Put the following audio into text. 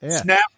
Snap